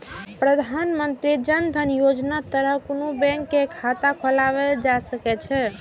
प्रधानमंत्री जन धन योजनाक तहत कोनो बैंक मे खाता खोलाएल जा सकै छै